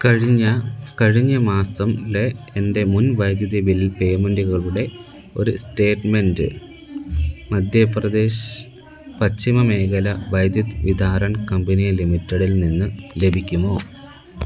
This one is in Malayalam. കഴിഞ്ഞ കഴിഞ്ഞ മാസത്തിലെ എൻ്റെ മുൻ വൈദ്യുതി ബിൽ പേയ്മെൻ്റുകളുടെ ഒരു സ്റ്റേറ്റ്മെൻറ്റ് മധ്യപ്രദേശ് പശ്ചിമമേഖല വൈദ്യുത് വിതാരൺ കമ്പനി ലിമിറ്റഡിൽ നിന്ന് ലഭിക്കുമോ